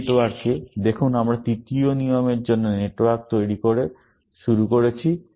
এই নেটওয়ার্কে দেখুন আমরা তৃতীয় নিয়মের জন্য নেটওয়ার্ক তৈরি করে শুরু করেছি